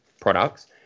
products